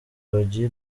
bagiye